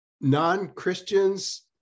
non-Christians